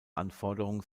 anforderung